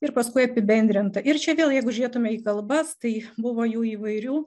ir paskui apibendrinta ir čia vėl jeigu žiūrėtume į kalbas tai buvo jų įvairių